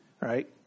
right